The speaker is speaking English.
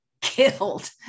killed